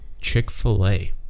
Chick-fil-A